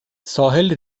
ساحل